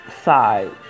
side